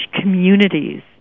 communities